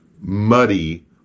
muddy